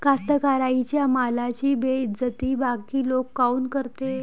कास्तकाराइच्या मालाची बेइज्जती बाकी लोक काऊन करते?